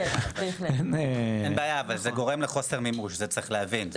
אין בעיה אבל זה גורם לחוסר מימוש, זה צריך להבין.